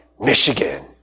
Michigan